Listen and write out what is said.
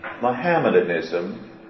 Mohammedanism